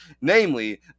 namely